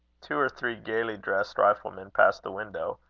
two or three gaily dressed riflemen passed the window.